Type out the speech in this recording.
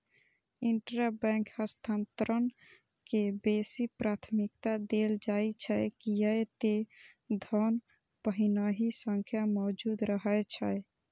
intrabank हस्तांतरण के बेसी प्राथमिकता देल जाइ छै, कियै ते धन पहिनहि सं मौजूद रहै छै